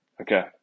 Okay